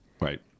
Right